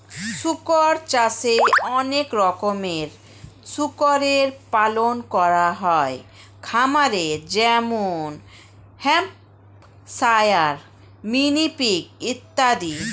শুকর চাষে অনেক রকমের শুকরের পালন করা হয় খামারে যেমন হ্যাম্পশায়ার, মিনি পিগ ইত্যাদি